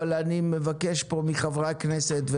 אבל אני מבקש פה מחברי הכנסת,